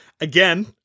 Again